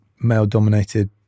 male-dominated